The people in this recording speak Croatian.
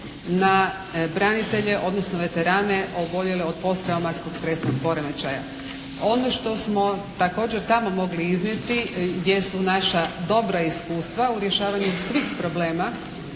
na branitelje, odnosno veterane oboljele od posttraumatskog stresnog poremećaja. Ono što smo također tamo mogli iznijeti jesu naša dobra iskustva u rješavanju svih problema,